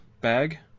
bag